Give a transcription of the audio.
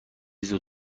زود